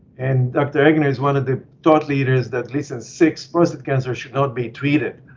and dr. eggener is one of the thought leaders that gleason six prostate cancer should not be treated.